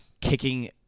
kicking